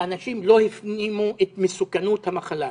אנשים לא הפנימו את מסוכנות המחלה.